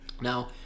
Now